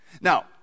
Now